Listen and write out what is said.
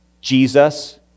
Jesus